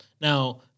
Now